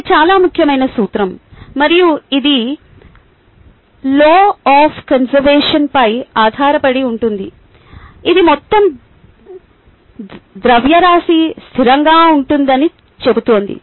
ఇది చాలా ముఖ్యమైన సూత్రం మరియు ఇది లా ఒఫ్ కొన్సెర్వేషన్ పై ఆధారపడి ఉంటుంది ఇది మొత్తం ద్రవ్యరాశి స్థిరంగా ఉంటుందని చెబుతోంది